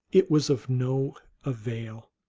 it was of no avail.